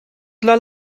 dla